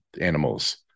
animals